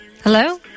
Hello